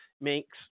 makes